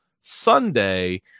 sunday